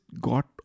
got